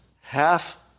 half